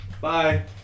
Bye